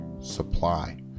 supply